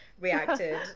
reacted